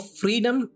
freedom